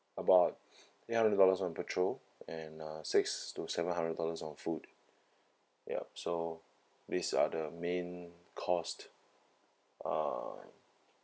about eight hundred dollars on petrol and uh six to seven hundred dollars on food yup so these are the main cost uh